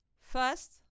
First